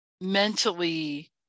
mentally